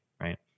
right